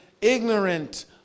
ignorant